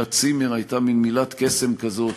ש"צימר" הייתה מין מילת קסם כזאת,